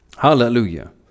Hallelujah